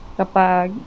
kapag